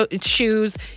shoes